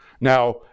Now